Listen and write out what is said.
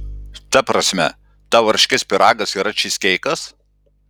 ta prasme tau varškės pyragas yra čyzkeikas